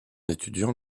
étudiant